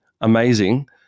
amazing